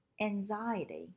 Anxiety